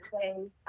say